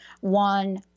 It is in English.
One